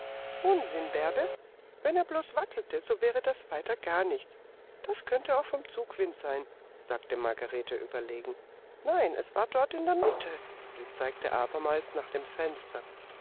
unsinn bärbe wenn er bloß wackelte so wäre das weiter gar nichts das könnte auch vom zugwind sein sagte margarete überlegen nein er war dort in der mitte sie zeigte abermals nach dem fenster